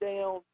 down